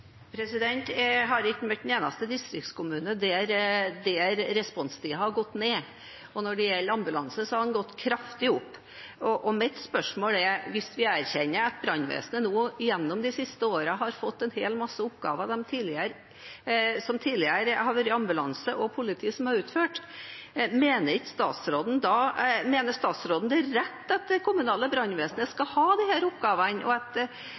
Jeg har ikke møtt en eneste distriktskommune der responstiden har gått ned, og når det gjelder ambulanse, har den gått kraftig opp. Mitt spørsmål er: Hvis vi erkjenner at brannvesenet gjennom de siste årene har fått en hel masse oppgaver som det tidligere har vært ambulanse og politi som har utført, mener statsråden det er rett at det kommunale brannvesenet skal ha disse oppgavene?